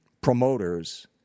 promoters